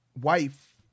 wife